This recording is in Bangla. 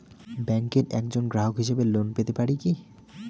ব্যাংকের একজন গ্রাহক হিসাবে লোন পেতে পারি কি?